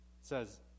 says